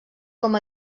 com